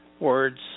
words